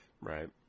Right